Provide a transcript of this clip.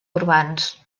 urbans